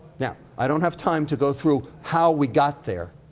now, i don't have time to go through how we got there.